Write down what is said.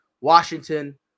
Washington